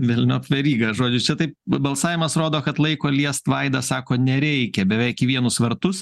velniop veryga žodis čia tai balsavimas rodo kad laiko liest vaida sako nereikia beveik į vienus vartus